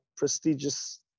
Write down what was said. Prestigious